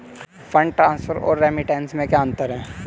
Fund transfer और remittance में क्या अंतर है?